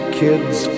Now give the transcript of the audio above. kids